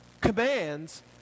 commands